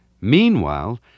Meanwhile